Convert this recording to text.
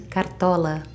Cartola